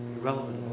irrelevant